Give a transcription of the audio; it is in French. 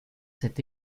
cet